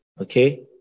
Okay